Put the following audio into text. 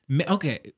Okay